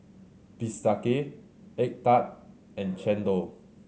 Bistake egg tart and Chendol